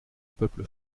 peuple